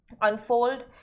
unfold